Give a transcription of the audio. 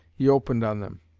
he opened on them.